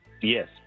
Yes